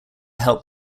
help